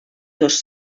dos